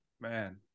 Man